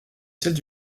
celle